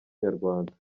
nyarwanda